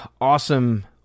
awesome